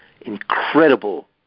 Incredible